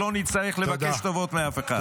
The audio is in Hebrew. שלא נצטרך לבקש טובות מאף אחד.